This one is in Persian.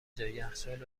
جا، یخچال